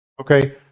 okay